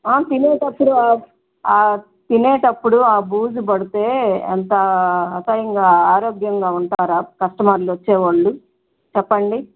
తినేటప్పుడు తినేటప్పుడు ఆ బూజు పడితే ఎంత అసయ్యంగా ఆరోగ్యంగా ఉంటారా కస్టమర్లు వచ్చే వాళ్ళు చెప్పండి